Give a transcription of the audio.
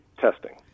testing